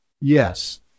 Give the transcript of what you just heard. Yes